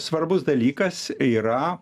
svarbus dalykas yra